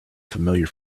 familiar